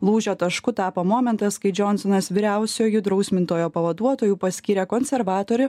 lūžio tašku tapo momentas kai džionsonas vyriausioju drausmintojo pavaduotoju paskyrė konservatorių